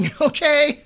okay